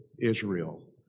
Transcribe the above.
Israel